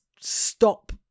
stop